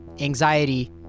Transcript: Anxiety